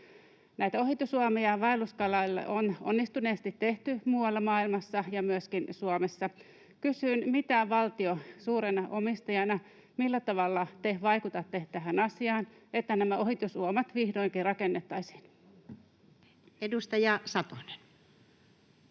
ohitusuomia vaelluskaloille on onnistuneesti tehty muualla maailmassa ja myöskin Suomessa. Kysyn: kun valtio on suurena omistajana, niin millä tavalla te vaikutatte tähän asiaan, että nämä ohitusuomat vihdoinkin rakennettaisiin? Edustaja Satonen.